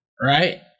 Right